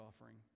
offering